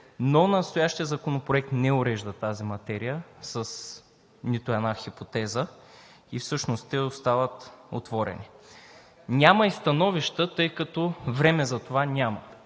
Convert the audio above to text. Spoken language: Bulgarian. Но настоящият законопроект не урежда тази материя с нито една хипотеза и всъщност те остават отворени. Няма и становища, тъй като време за това няма.